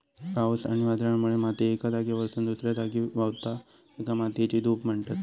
पावस आणि वादळामुळे माती एका जागेवरसून दुसऱ्या जागी व्हावता, तेका मातयेची धूप म्हणतत